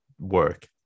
work